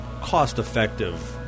cost-effective